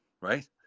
right